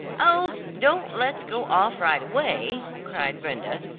oh, don't let's go off right away, cried brenda,